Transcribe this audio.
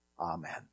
Amen